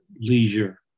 leisure